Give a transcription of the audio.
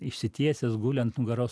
išsitiesęs guli ant nugaros